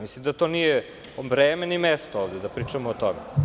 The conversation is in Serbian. Mislim da to nije vreme ni mesto ovde da pričamo o tome.